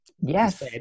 yes